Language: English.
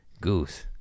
Goose